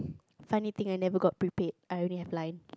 funny thing I never got prepaid I only have line